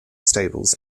stables